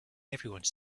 everyone